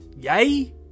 yay